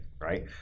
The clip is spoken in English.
right